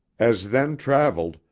as then traveled,